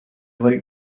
like